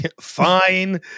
Fine